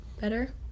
better